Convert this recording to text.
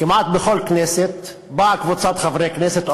כמעט בכל כנסת באה קבוצת חברי כנסת או